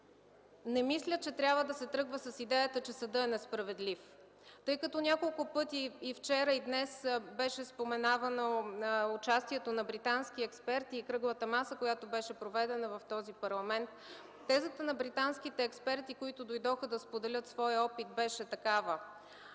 Не мисля, че трябва да се тръгва с идеята, че съдът е несправедлив. Тъй като вчера и днес няколко пъти беше споменавано участието на британски експерти Кръглата маса, проведена от този парламент – тезата на британските експерти, които дойдоха да споделят своя опит, беше такава: